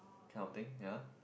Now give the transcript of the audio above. kind of thing ya